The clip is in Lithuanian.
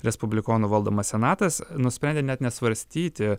respublikonų valdomas senatas nusprendė net nesvarstyti